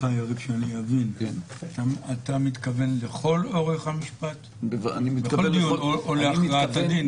--- אתה מתכוון לכל אורך המשפט או להכרעת הדין?